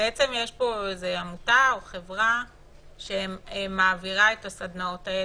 יש פה עמותה או חברה שמעבירה את הסדנאות האלה,